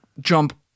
jump